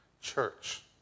church